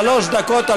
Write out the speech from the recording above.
שלוש דקות,